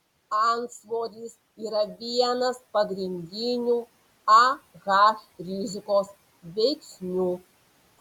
antsvoris yra vienas pagrindinių ah rizikos veiksnių